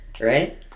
right